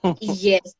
Yes